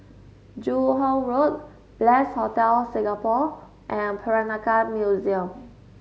Joo Hong Road Bliss Hotel Singapore and Peranakan Museum